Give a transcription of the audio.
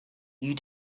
you